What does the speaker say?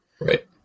right